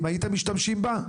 הייתם משתמשים בה?